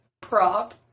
prop